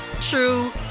true